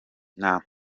nta